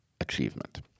achievement